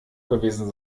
gewesen